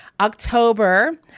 October